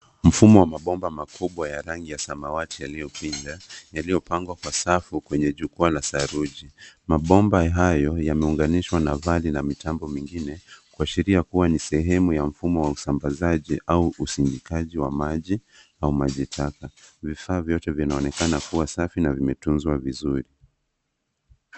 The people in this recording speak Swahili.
Mfumo wa mabomba makubwa ya rangi ya samawati yaliopinda, yaliopangwa kwa safu, kwenye jukwaa la saruji. Mabomba hayo, yameunganishwa na vali, na mitambo mingine kuashiria kuwa ni sehemu ya mfumo wa usambazaji, au usindikajiwa maji, au maji taka. Vifaa vyote vinaonekana kuwa safi, na vimetunzwa vizuri.